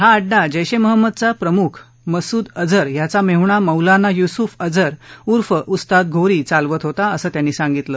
हा अड्डा जैश ए महम्मदचा प्रमुख मसूद अझर याचा मेहूणा मौलाना युसुफ अझर ऊर्फ उस्ताद घौरी चालवत होता असं त्यांनी सांगितलं